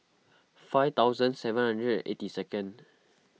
five thousand seven hundred and eighty second